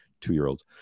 Two-year-olds